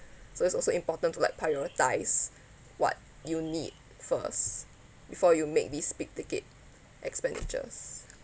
so it's also important to like prioritise what you need first before you make these big ticket expenditures